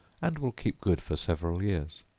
and will keep good for several years.